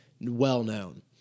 well-known